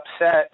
upset